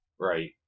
right